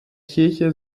kirche